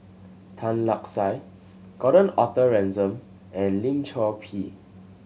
Tan Lark Sye Gordon Arthur Ransome and Lim Chor Pee